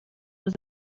was